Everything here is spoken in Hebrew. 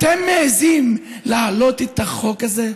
אתם מעיזים להעלות את החוק הזה,